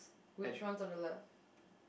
which one's on the left